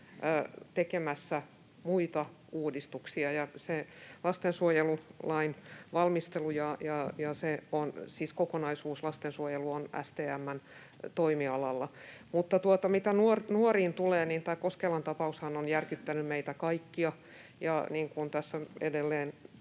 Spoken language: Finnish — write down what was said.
tekemässä muita uudistuksia. Ja se lastensuojelulain valmistelu, siis kokonaisuus, on STM:n toimialalla. Mutta mitä nuoriin tulee, niin tämä Koskelan tapaushan on järkyttänyt meitä kaikkia.